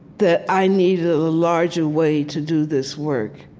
that i needed a larger way to do this work,